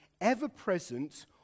ever-present